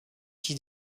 qui